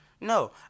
No